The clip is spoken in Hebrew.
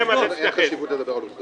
אין לו עניין לדבר על עובדות.